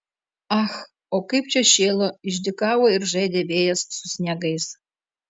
ach o kaip čia šėlo išdykavo ir žaidė vėjas su sniegais